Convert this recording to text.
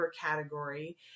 category